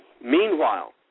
Meanwhile